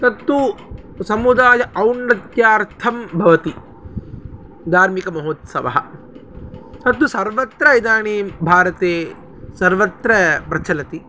तत्तु समुदाय औनत्यार्थं भवति धार्मिकमहोत्सवः तद् सर्वत्र इदानीं भारते सर्वत्र प्रचलति